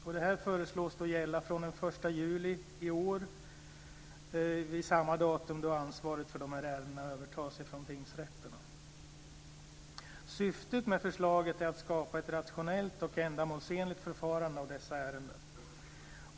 Bestämmelserna föreslås gälla fr.o.m. den 1 juli i år, samma datum som ansvaret för dessa ärenden övertas från tingsrätterna. Syftet med förslaget är att skapa en rationell och ändamålsenlig hantering av dessa ärenden.